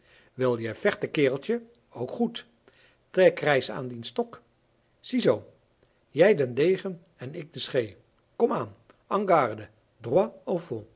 wil je vechten kereltje ook goed trek reis aan dien stok zie zoo jij den degen en ik de schee kom